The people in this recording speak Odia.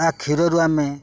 କ୍ଷୀରରୁ ଆମେ